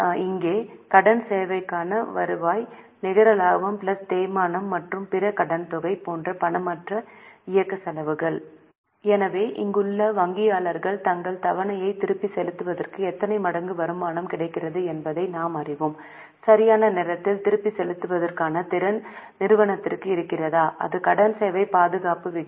இ ங்கே கடன் சேவைக்கான வருவாய் நிகர லாபம் தேய்மானம் மற்றும் பிற கடன்தொகை போன்ற பணமற்ற இயக்க செலவுகள் எனவே இங்குள்ள வங்கியாளர்கள் தங்கள் தவணையை திருப்பிச் செலுத்துவதற்கு எத்தனை மடங்கு வருமானம் கிடைக்கிறது என்பதை நாம் அறிவோம் சரியான நேரத்தில் திருப்பிச் செலுத்துவதற்கான திறன் நிறுவனத்திற்கு இருக்கிறதா அது கடன் சேவை பாதுகாப்பு விகிதம்